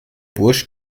burj